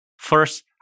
First